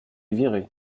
viré